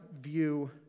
view